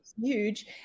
huge